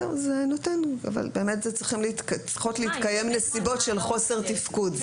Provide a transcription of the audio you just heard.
צריכות להתקיים נסיבות של חוסר תפקוד.